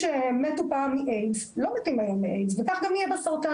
שמתו פעם מאיידס לא מתים היום מאיידס וככה יהיה גם עם הסרטן